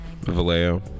Vallejo